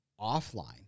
offline